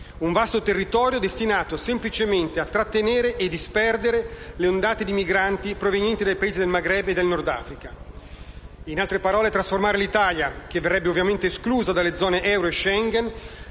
un vasto territorio destinato semplicemente a trattenere e disperdere le ondate di migranti provenienti dai Paesi del Maghreb e del Nord Africa. In altre parole, si vuole trasformare l'Italia, che verrebbe ovviamente esclusa dalle zone euro e Schengen,